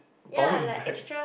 bounce back